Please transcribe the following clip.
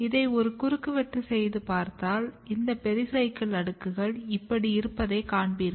இதை ஒரு குறுக்குவெட்டைச் செய்து பார்த்தால் இந்த பெரிசைக்கிள் அடுக்குகள் இப்படி இருப்பதைக் காண்பீர்கள்